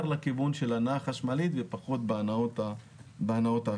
כיוון של הנעה חשמלית ופחות בהנעות האחרות.